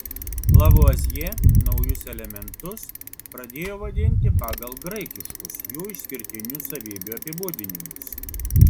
lavuazjė naujus elementus pradėjo vadinti pagal graikiškus jų išskirtinių savybių apibūdinimus